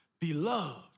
beloved